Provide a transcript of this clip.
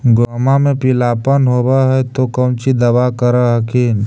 गोहुमा मे पिला अपन होबै ह तो कौची दबा कर हखिन?